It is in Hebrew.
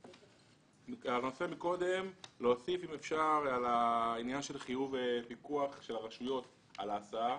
אם אפשר להוסיף בעניין של חיוב פיקוח של הרשויות על ההסעה,